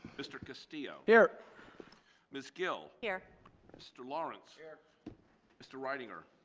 mr. castillo here ms gill here mr. lawrence. here mr. reitinger